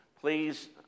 please